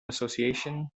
association